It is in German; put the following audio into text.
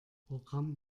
programm